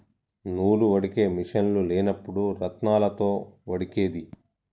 నూలు వడికే మిషిన్లు లేనప్పుడు రాత్నాలతో వడికేది